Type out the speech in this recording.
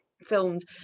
filmed